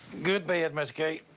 good bed, miss kay.